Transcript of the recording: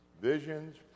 Visions